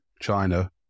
China